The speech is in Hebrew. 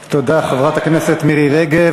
תודה, חברת הכנסת מירי רגב.